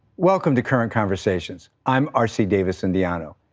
welcome to current conversations. i am r. c. davis-undiano.